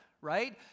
right